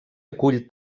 acull